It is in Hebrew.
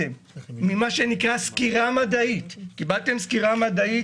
אני רוצה לדעת: מה המיסוי הזה יעשה למפעלי השתייה?